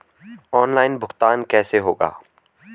Online भुगतान कैसे होगा?